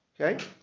Okay